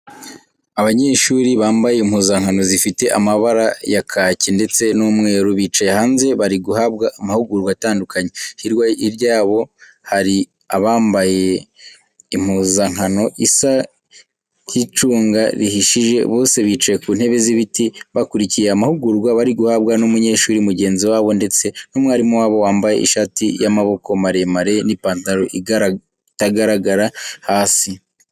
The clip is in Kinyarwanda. Abanyeshuri bampaye impuzankano zifite amabara ya kacyi ndetse n'umweru, bicaye hanze bari guhabwa amahugurwa atandukanye. Hirwa yabo hari abambaye impuzankano isa cy'icunga rihishije. Bose bicaye ku ntebe z'ibiti bakurikiye amahugurwa bari guhabwa n'umunyeshuri mugenzi wabo ndetse n'umwarimu wabo wambaye ishati y'amaboko maremare, n'ipantaro itagaragara hasi.